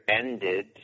ended